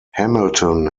hamilton